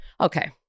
Okay